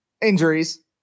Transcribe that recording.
injuries